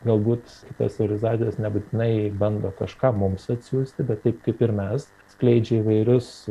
galbūt kitos civilizacijos nebūtinai bando kažką mums atsiųsti bet taip kaip ir mes skleidžia įvairius